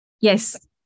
Yes